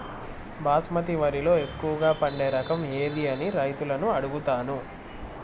బాస్మతి వరిలో ఎక్కువగా పండే రకం ఏది అని రైతులను అడుగుతాను?